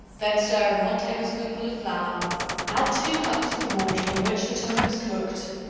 then stir in one tablespoonful of flour add two cups of the water in which the tongue was cooked,